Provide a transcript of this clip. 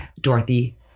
Dorothy